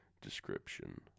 description